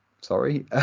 sorry